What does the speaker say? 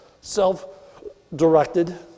self-directed